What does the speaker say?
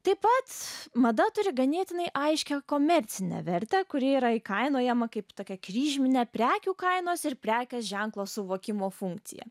taip pat mada turi ganėtinai aiškią komercinę vertę kuri yra įkainojama kaip tokia kryžminė prekių kainos ir prekės ženklo suvokimo funkcija